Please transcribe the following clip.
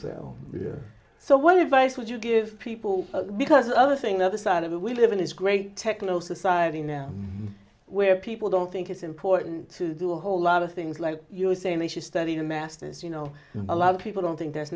self so what advice would you give people because another thing the other side of it we live in is grey techno society now where people don't think it's important to do a whole lot of things like you're saying they should study the masters you know a lot of people don't think that's